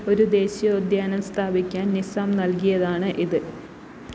ഒരു ദേശീയോദ്യാനം സ്ഥാപിക്കാൻ നിസാം നൽകിയതാണ് ഇത്